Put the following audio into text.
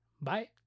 Bye